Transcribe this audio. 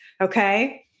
Okay